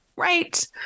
right